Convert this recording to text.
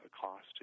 cost